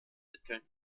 mitteln